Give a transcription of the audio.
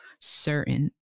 certain